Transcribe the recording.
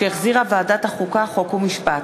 שהחזירה ועדת החוקה, חוק ומשפט.